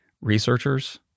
researchers